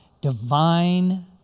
divine